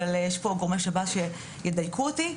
אבל פה גורמי שב"ס שידייקו אותי.